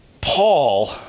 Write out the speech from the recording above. Paul